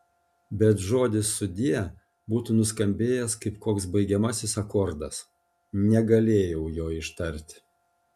bet žodis sudie būtų nuskambėjęs kaip koks baigiamasis akordas negalėjau jo ištarti